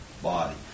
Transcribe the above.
Body